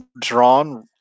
drawn